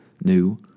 new